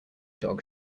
dog